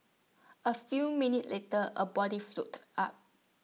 A few minutes later A body floated up